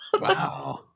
Wow